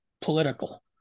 political